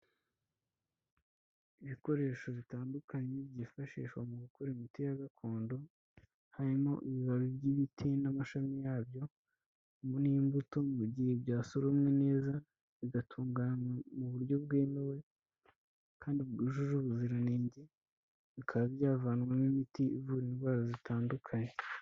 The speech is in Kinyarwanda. Ibikoresho bitandukanye, byifashishwa mu gukora imiti ya gakondo, harimo ibibabi by'ibiti n'amashami yabyo, n'imbuto mu gihe byasoromwe neza, bigatunganywa mu buryo bwemewe, kandi bwujuje ubuziranenge, bikaba byavanwamo imiti, ivura indwara zitandukanye.